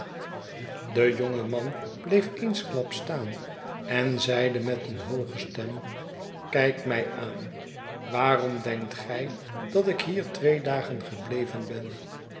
de jonge man bleef eensklaps staan en zeide met een hooge stem kijk mj aan waarom denkt gij dat ik hier twee dagen gebleven ben